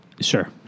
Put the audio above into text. Sure